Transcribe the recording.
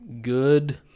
good